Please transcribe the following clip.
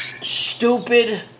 Stupid